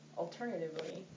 alternatively